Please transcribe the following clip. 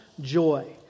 joy